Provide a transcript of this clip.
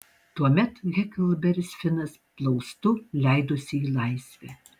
tuomet heklberis finas plaustu leidosi į laisvę